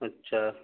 اچھا